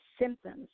symptoms